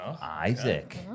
Isaac